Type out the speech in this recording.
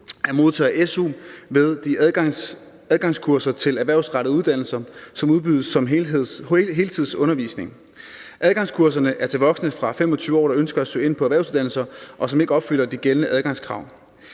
i forbindelse med de adgangskurser til erhvervsrettede uddannelser, som udbydes som heltidsundervisning. Adgangskurserne er til voksne fra 25 år, der ønsker at søge ind på erhvervsuddannelser, og som ikke opfylder de gældende adgangskrav.